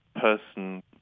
person